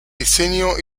diseño